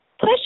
push